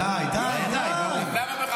די, די, די.